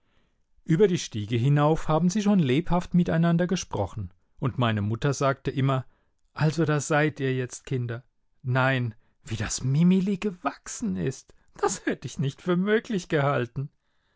über die stiege hinauf haben sie schon lebhaft miteinander gesprochen und meine mutter sagte immer also da seid ihr jetzt kinder nein wie das mimili gewachsen ist das hätte ich nicht für möglich gehalten